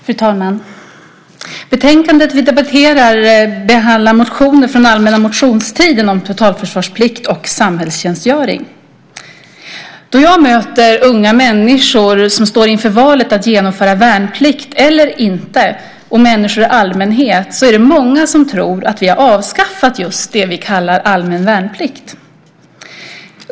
Fru talman! I det betänkande som vi debatterar behandlas motioner från allmänna motionstiden om totalförsvarsplikt och samhällstjänstgöring. Då jag möter unga människor som står inför valet att genomföra värnplikt eller inte och människor i allmänhet är det många som tror att vi har avskaffat just det som vi kallar allmän värnplikt.